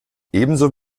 ebenso